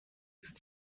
ist